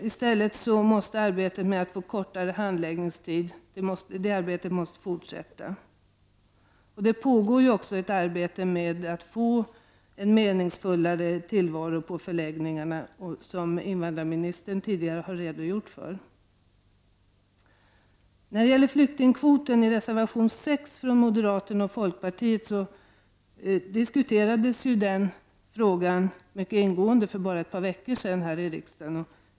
I stället måste arbetet med att förkorta handläggningstiderna fortsätta. Det pågår också arbete med att ordna en meningsfullare tillvaro på förläggningarna, vilket invandrarministern redogjorde för. Frågan om flyktingkvoten, som behandlas i reservation 6 från moderaterna och folkpartiet, diskuterades ju mycket ingående för bara ett par veckor sedan här i riksdagen.